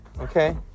okay